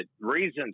reasons